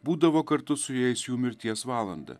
būdavo kartu su jais jų mirties valandą